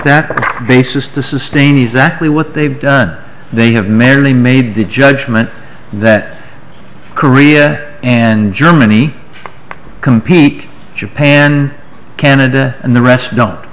no basis to sustain exactly what they've done they have merely made the judgment that korea and germany compete japan canada and the rest